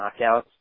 knockouts